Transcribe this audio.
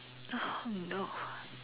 oh no